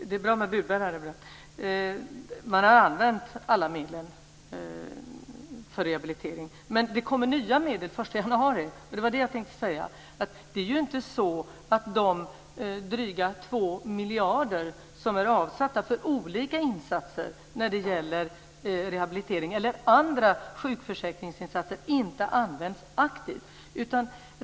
Herr talman! Man har använt alla medel för rehabilitering, men det kommer nya medel den 1 januari. Det var det jag tänkte säga. Det är inte så att de dryga två miljarder som är avsatta för olika insatser när det gäller rehabilitering eller andra sjukförsäkringsinsatser inte används aktivt.